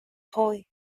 thôi